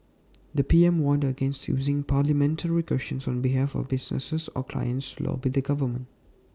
the P M warned against using parliamentary questions on behalf of businesses or clients to lobby the government